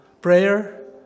prayer